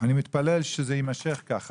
אני מתפלל שזה יימשך ככה.